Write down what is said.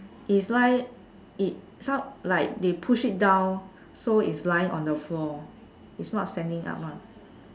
is lie it some like they push it down so it's lying on the floor it's not standing up [one]